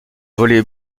volley